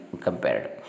compared